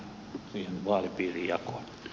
arvoisa puhemies